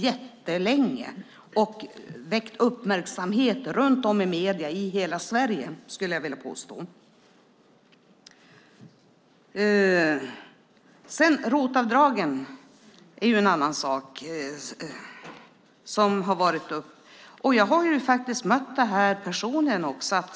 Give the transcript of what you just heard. Det hade väckt uppmärksamhet i medierna runt om i hela Sverige skulle jag vilja påstå. ROT-avdragen är en annan sak som har varit uppe. Jag har mött detta personligen också.